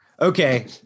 Okay